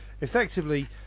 effectively